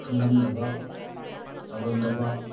ꯈꯪꯂꯝꯗꯕ ꯇꯧꯔꯝꯗꯕ